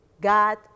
God